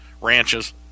Ranches